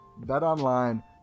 BetOnline